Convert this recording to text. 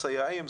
הסייעים,